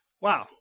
Wow